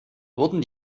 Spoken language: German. wurden